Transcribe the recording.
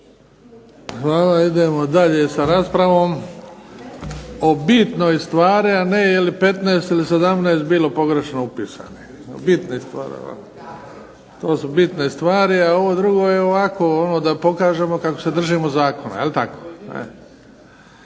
Hvala. Idemo dalje s raspravom o bitnoj stvari, a ne je li 15 ili 17 bilo pogrešno upisanih. O bitnim stvarima, to su bitne stvari, a ovo drugo je ovako da pokažemo kako se držimo zakona. U ime